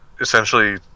essentially